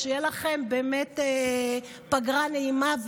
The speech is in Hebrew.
שתהיה לכם פגרה נעימה,